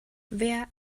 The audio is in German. wer